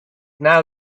now